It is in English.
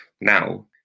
now